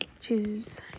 choose